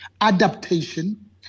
adaptation